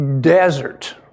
desert